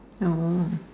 no